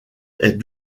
est